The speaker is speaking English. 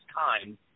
time